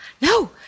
no